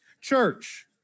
Church